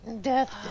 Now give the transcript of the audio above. death